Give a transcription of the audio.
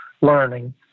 learning